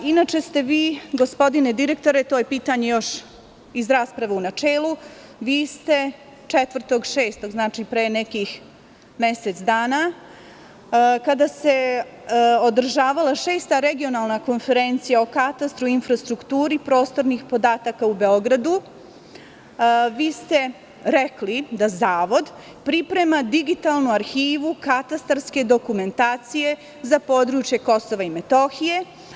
Inače ste vi, gospodine direktore, to je pitanje još iz rasprave u načelu, vi ste 4. juna, znači pre nekih mesec dana, kada se održavala Šesta regionalna konferencija o katastru, infrastrukturi, prostornih podataka u Beogradu, vi ste rekli da Zavod priprema digitalnu arhivu katastarske dokumentacije za područje KiM.